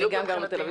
גם אני גרה בתל אביב.